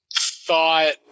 thought